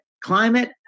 climate